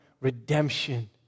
redemption